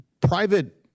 private